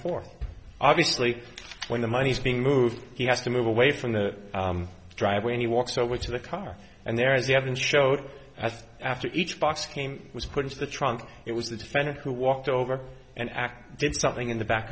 forth obviously when the money's being moved he has to move away from the driveway and he walks over to the car and there is the evidence showed as after each box scheme was put into the trunk it was the defendant who walked over and act did something in the back